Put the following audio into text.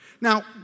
Now